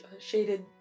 shaded